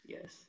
Yes